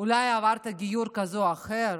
אולי עברת גיור כזה או אחר,